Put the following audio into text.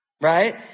right